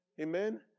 Amen